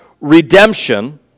redemption